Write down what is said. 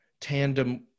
tandem